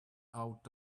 out